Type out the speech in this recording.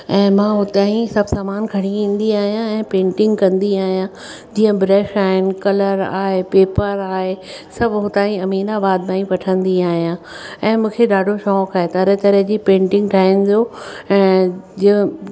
ऐं मां हुतां हीउ सभु सामान खणी ईंदी आहियां ऐं पेंटिंग कंदी आहियां जीअं ब्रश ऐंड कलर आहे पेपर आहे सभु हुतां ई अमीनाबाद मां ई वठंदी आहियां ऐं मूंखे ॾाढो शौक़ु आहे तरह तरह जी पेंटिंग ठाहिण जो ऐं जो